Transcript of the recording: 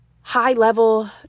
high-level